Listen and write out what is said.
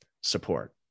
support